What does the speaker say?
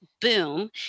boom